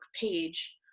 page